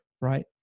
Right